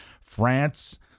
France